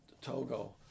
Togo